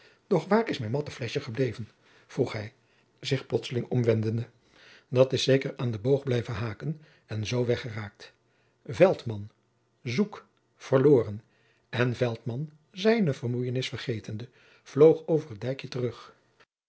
doch waar is mijn matten fleschje gebleven vroeg hij zich plotselings omwendende dat is zeker aan den boog blijven haken en zoo weggeraakt veltman zoek verloren en veltman zijne vermoeidheid vergetende vloog over het dijkje terug